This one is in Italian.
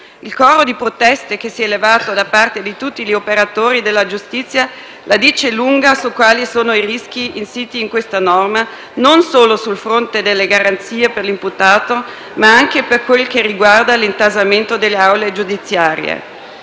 Il coro di proteste che si è levato da parte di tutti gli operatori della giustizia la dice lunga su quali sono i rischi insiti in questa norma, non solo sul fronte delle garanzie per l'imputato, ma anche per quel che riguarda l'intasamento delle aule giudiziarie.